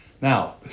now